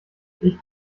ich